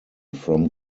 from